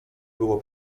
było